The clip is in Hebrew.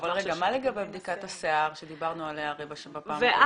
אבל מה לגבי בדיקת השיער שדיברנו עליה בפעם הקודמת?